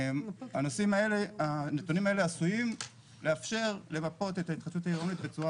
הנתונים האלה עשויים לאפשר למפות את ההתחדשות העירונית בצורה